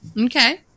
Okay